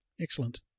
Excellent